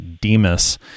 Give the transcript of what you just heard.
Demas